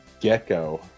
gecko